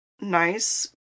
nice